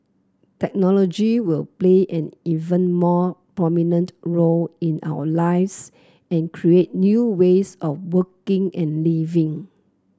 technology will play an even more prominent role in our lives and create new ways of working and living